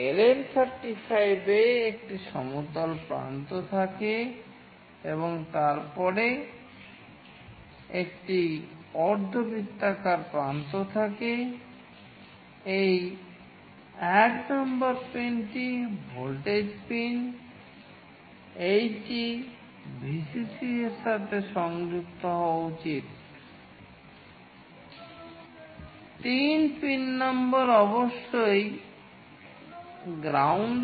LM35 এ একটি সমতল প্রান্ত থাকে এবং তারপরে একটি অর্ধ বৃত্তাকার প্রান্ত থাকে এই 1 নম্বর পিনটি ভোল্টেজ পিন এইটি Vcc এর সাথে সংযুক্ত হওয়া উচিত 3 পিন নম্বর অবশ্যই গ্রাউন্ড